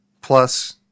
plus